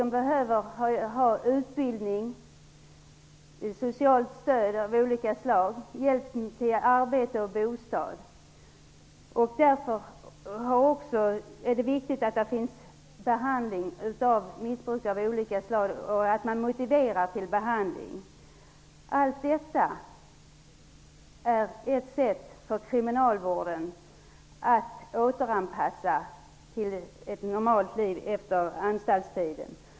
De behöver utbildning, socialt stöd av skilda slag samt hjälp med arbete och bostad. Därför är det viktigt att missbrukare av olika slag kan ges behandling och motiveras till behandling. Allt detta är ett sätt för kriminalvården att återanpassa de intagna till ett normalt liv efter anstaltstiden.